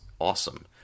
awesome